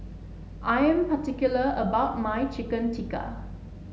I am particular about my Chicken Tikka